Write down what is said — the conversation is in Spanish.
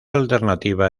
alternativa